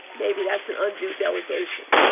maybe that's an undue delegation.